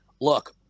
look